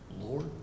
Lord